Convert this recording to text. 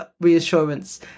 reassurance